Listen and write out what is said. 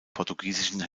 portugiesischen